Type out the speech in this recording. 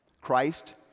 Christ